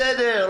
בסדר,